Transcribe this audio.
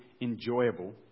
enjoyable